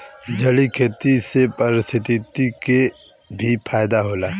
जलीय खेती से पारिस्थितिकी के भी फायदा होला